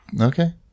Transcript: okay